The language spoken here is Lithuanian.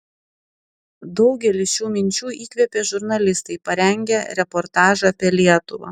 daugelį šių minčių įkvėpė žurnalistai parengę reportažą apie lietuvą